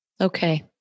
Okay